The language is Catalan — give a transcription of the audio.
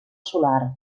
solar